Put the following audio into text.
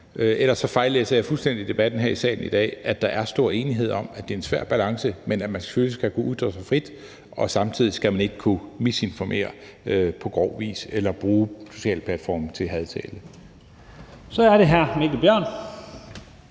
ellers fejllæser jeg fuldstændig debatten her i salen i dag – at der er stor enighed om, at det er en svær balance, men at man selvfølgelig skal kunne udtrykke sig frit, og at man samtidig ikke skal kunne misinformere på grov vis eller bruge sociale platforme til hadtale. Kl. 15:46 Første